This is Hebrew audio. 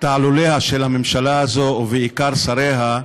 תעלוליה של הממשלה הזאת, ובעיקר שריה,